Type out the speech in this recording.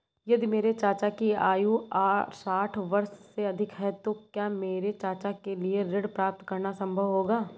यदि मेरे चाचा की आयु साठ वर्ष से अधिक है तो क्या मेरे चाचा के लिए ऋण प्राप्त करना संभव होगा?